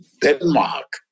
Denmark